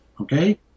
okay